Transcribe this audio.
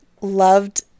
loved